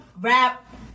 rap